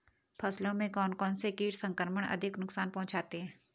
फसलों में कौन कौन से कीट संक्रमण अधिक नुकसान पहुंचाते हैं?